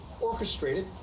orchestrated